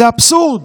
זה אבסורד.